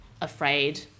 afraid